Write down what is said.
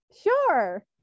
sure